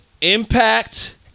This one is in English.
impact